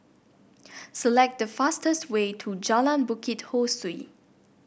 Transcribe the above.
select the fastest way to Jalan Bukit Ho Swee